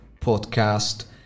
podcast